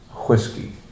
Whiskey